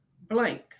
blank